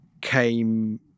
came